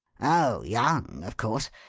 oh, young, of course.